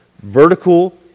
Vertical